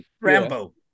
Rambo